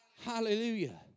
Hallelujah